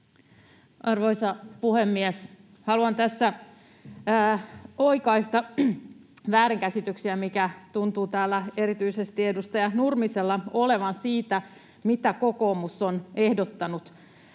Arvoisa puhemies! Haluan tässä oikaista väärinkäsityksiä, joita tuntuu täällä erityisesti edustaja Nurmisella olevan siitä, mitä kokoomus on ehdottanut